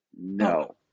no